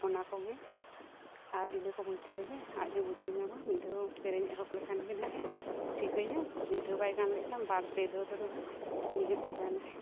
ᱚᱱᱟ ᱠᱚᱜᱮ ᱟᱨ ᱤᱱᱟᱹ ᱠᱚ ᱢᱚᱫᱽᱫᱷᱮ ᱨᱮᱜᱮ ᱟᱡᱦᱚᱸ ᱵᱩᱡᱷᱟᱹᱣ ᱧᱟᱢᱟ ᱢᱤᱫ ᱫᱷᱟᱹᱣ ᱥᱮᱨᱮᱧ ᱮᱦᱚᱵᱽ ᱞᱮᱠᱷᱟᱱᱜᱮ ᱱᱟᱜᱼᱮ ᱴᱷᱤᱠᱟᱹᱭᱟ ᱢᱤᱫ ᱫᱷᱟᱹᱣ ᱵᱟᱭ ᱜᱟᱱ ᱞᱮᱠᱷᱟᱱ ᱵᱟᱨᱼᱯᱮ ᱫᱷᱟᱹᱣ ᱛᱮᱫᱚ ᱦᱟᱸᱜ ᱱᱤᱦᱟᱹᱛᱮ ᱜᱟᱱᱟᱭ